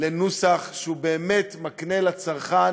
לנוסח שבאמת מקנה לצרכן